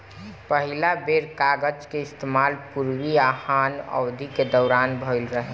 पहिला बेर कागज के इस्तेमाल पूर्वी हान अवधि के दौरान भईल रहे